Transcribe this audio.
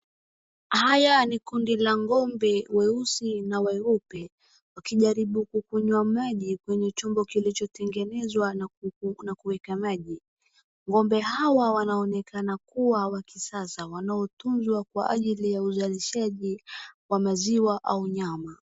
Haya ni kundi la ng'ombe weusi na weupe, wakijaribu kunywa maji kwenye chombo kilichotengenezwa na kuweka maji, ng'ombe Hawa wanaonekana kuwa wa kisasa, wanaotunzwa kwa ajili ya uzalishaji wa maziwa au nyama.